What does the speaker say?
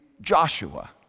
Joshua